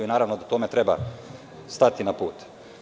Naravno da tome treba stati na put.